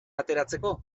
ateratzeko